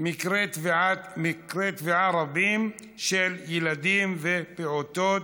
מקרי טביעה רבים של ילדים ופעוטות,